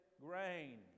grain